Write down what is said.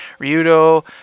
Ryudo